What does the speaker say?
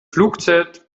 flugzeit